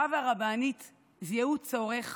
הרב והרבנית זיהו צורך,